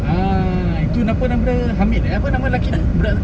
ah itu apa nama dia hamid apa nama lelaki tu budak tu